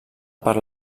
per